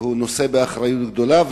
והוא נושא באחריות גדולה.